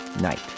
night